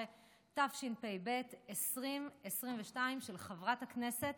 13), התשפ"ב 2022, של חברת הכנסת